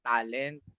Talent